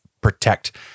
protect